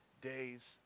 days